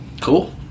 Cool